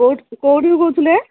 କୋଉଠୁ କୋଉଠିକୁ କହୁଥିଲେ